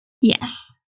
Yes